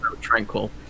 tranquil